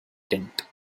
tent